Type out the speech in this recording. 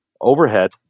overhead